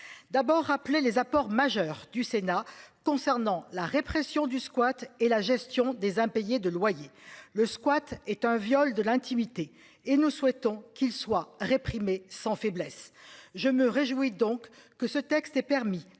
d'abord rappelé les apports majeurs du Sénat concernant la répression du squat et la gestion des impayés de loyer le squat est un viol de l'intimité et nous souhaitons qu'il soient réprimer sans faiblesse, je me réjouis donc que ce texte est permis